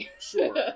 Sure